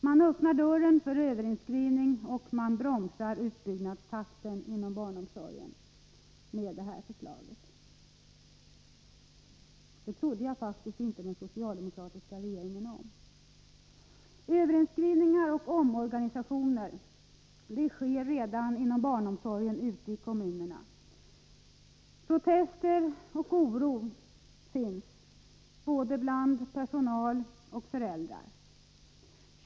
Man öppnar dörren för överinskrivning och bromsar utbyggnadstakten inom barnomsorgen. Det trodde jag faktiskt inte den socialdemokratiska regeringen om. Överinskrivningar och omorganisationer sker redan inom barnomsorgen ute i kommunerna. Det förekommer protester och uttalas oro både bland personal och föräldrar.